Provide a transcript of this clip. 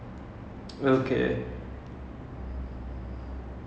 they ya I don't know how they do it but ya it's a different method of cooking